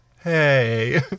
Hey